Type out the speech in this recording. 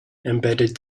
embedded